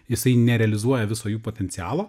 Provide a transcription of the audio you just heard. jisai nerealizuoja viso jų potencialo